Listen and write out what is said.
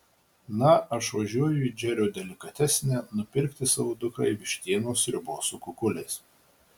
na aš važiuoju į džerio delikatesinę nupirkti savo dukrai vištienos sriubos su kukuliais